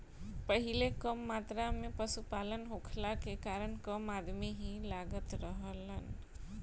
पहिले कम मात्रा में पशुपालन होखला के कारण कम अदमी ही लागत रहलन